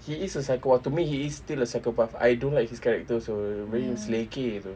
he is a psycho ah to me he is still a psychopath I don't like his character also very selekeh itu